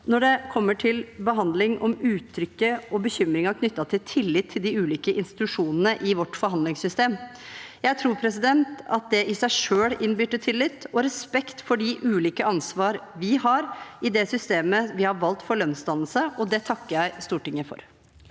når det gjelder bekymringer knyttet til tillit til de ulike institusjonene i vårt forhand lingssystem. Jeg tror at det i seg selv innbyr til tillit og respekt for de ulike ansvar vi har i det systemet vi har valgt for lønnsdannelse, og det takker jeg Stortinget for.